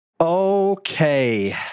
Okay